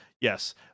Yes